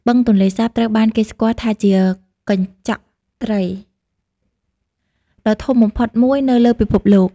បឹងទន្លេសាបត្រូវបានគេស្គាល់ថាជា កញ្ឆក់ត្រី ដ៏ធំបំផុតមួយនៅលើពិភពលោក។